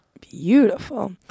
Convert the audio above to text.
Beautiful